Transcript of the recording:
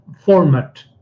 format